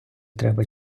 треба